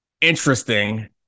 interesting